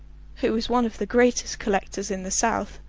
who is one of the greatest collectors in the south,